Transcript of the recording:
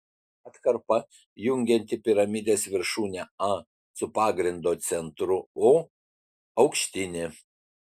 atkarpa jungianti piramidės viršūnę a su pagrindo centru o aukštinė